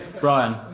Brian